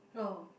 oh